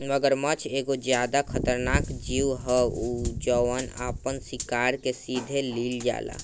मगरमच्छ एगो ज्यादे खतरनाक जिऊ ह जवन आपना शिकार के सीधे लिल जाला